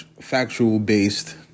factual-based